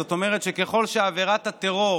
זאת אומרת ככל שעבירת הטרור